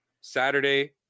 Saturday